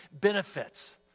benefits